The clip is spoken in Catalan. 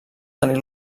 tenir